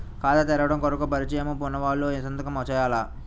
ఖాతా తెరవడం కొరకు పరిచయము వున్నవాళ్లు సంతకము చేయాలా?